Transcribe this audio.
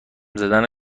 زدم